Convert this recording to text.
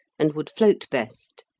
and would float best.